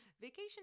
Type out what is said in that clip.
vacation